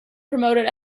promoted